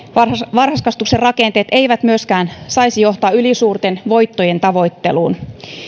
varhaiskasvatuksen rakenteet eivät myöskään saisi johtaa ylisuurten voittojen tavoitteluun